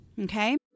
Okay